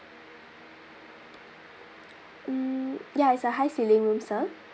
mm ya is a high ceiling room sir